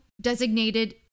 designated